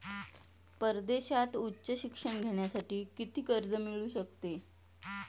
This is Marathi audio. परदेशात उच्च शिक्षण घेण्यासाठी किती कर्ज मिळू शकते?